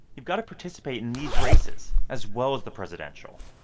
you've got to participate in these races as well as the presidential.